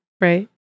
right